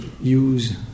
use